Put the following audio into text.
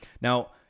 Now